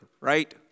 Right